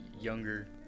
younger